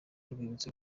urwibutso